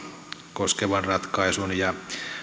koskevan ratkaisun ja